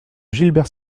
gilbert